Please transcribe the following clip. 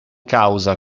causa